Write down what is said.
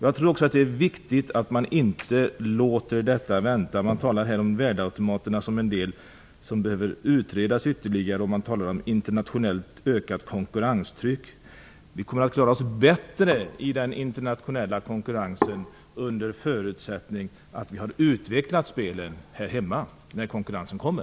Jag tror också att det är viktigt att man inte låter detta vänta. Man talar här om att värdeautomaterna behöver utredas ytterligare och man talar om ett ökat internationellt konkurrenstryck. Vi kommer att klara oss bättre i den internationella konkurrensen under förutsättning att vi har utvecklat spelen här hemma när konkurrensen kommer.